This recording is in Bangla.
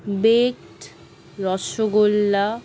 বেকড রসগোল্লা